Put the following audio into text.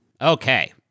okay